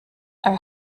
are